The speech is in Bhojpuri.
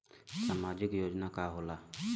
सामाजिक योजना का होला?